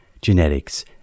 genetics